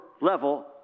level